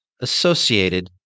associated